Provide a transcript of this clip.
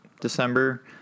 December